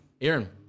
Aaron